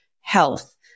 health